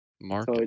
Mark